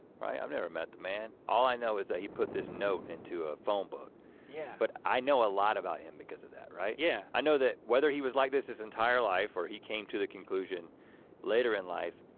right? i've never met the man. all i know is that he put this note into a phonebook. yeah. but i know a lot about him because of that, right? yeah. i know that whether he was like this his entire life, or he came to the conclusion later in life,